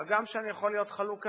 הגם שאני יכול להיות חלוק עליהם.